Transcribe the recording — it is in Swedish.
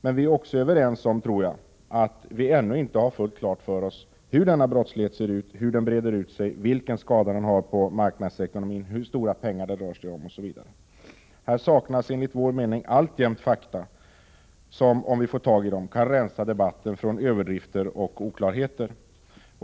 Men jag tror att vi också är överens om att vi ännu inte har fått klart för oss hur denna brottslighet ser ut, hur den breder ut sig, vilka skador den har på marknadsekonomin, hur stora pengar det rör sig om, osv. Här saknas enligt vår mening alltjämt fakta, som — om vi får tag i dem — kan rensa debatten från överdrifter och oklarheter.